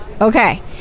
okay